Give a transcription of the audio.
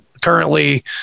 Currently